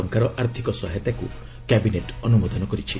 ଟଙ୍କାର ଆର୍ଥକ ସହାୟତାକୁ କ୍ୟାବିନେଟ୍ ଅନୁମୋଦନ କରିଛି